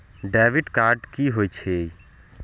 Debit card की होय छेय?